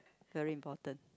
very important